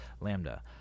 Lambda